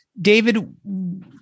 David